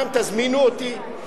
גם תזמינו אותי,